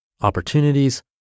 opportunities